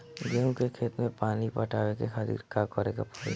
गेहूँ के खेत मे पानी पटावे के खातीर का करे के परी?